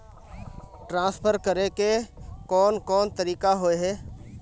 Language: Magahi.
ट्रांसफर करे के कोन कोन तरीका होय है?